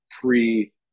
pre